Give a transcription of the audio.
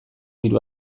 hiru